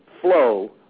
flow